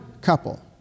couple